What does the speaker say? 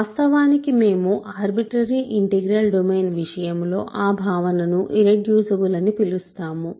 వాస్తవానికి మేము arbitrary integral domain విషయంలో ఆ భావనను ఇర్రెడ్యూసిబుల్ అని పిలుస్తాము